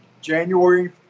January